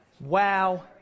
Wow